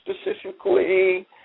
specifically